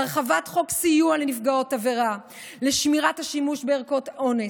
הרחבת חוק סיוע לנפגעות עבירה לשמירת השימוש בערכות אונס,